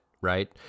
right